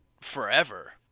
forever